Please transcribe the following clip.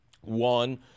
One